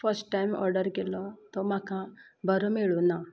first time order केलो तो म्हाका बरो मेळुना